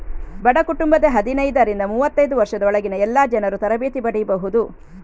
ಬಡ ಕುಟುಂಬದ ಹದಿನೈದರಿಂದ ಮೂವತ್ತೈದು ವರ್ಷದ ಒಳಗಿನ ಎಲ್ಲಾ ಜನರೂ ತರಬೇತಿ ಪಡೀಬಹುದು